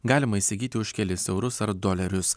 galima įsigyti už kelis eurus ar dolerius